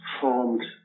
formed